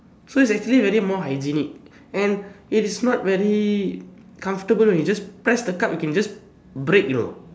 so it's actually very more hygienic and it is not very comfortable or you press the cup it can just break you know